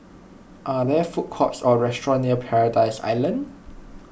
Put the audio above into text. are there food courts or restaurants near Paradise Island